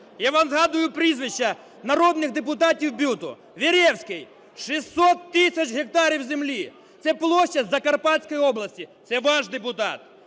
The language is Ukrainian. я вам згадую прізвища народних депутатів БЮТу. Веревський – 600 тисяч гектарів землі. Це площа Закарпатської області. Це ваш депутат.